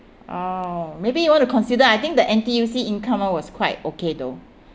orh maybe you want to consider I think the N_T_U_C income one was quite okay though